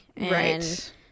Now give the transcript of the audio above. Right